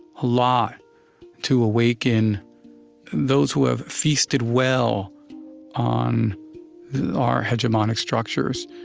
a lot to awaken those who have feasted well on our hegemonic structures.